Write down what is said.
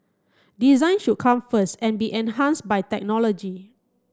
design should come first and be enhanced by technology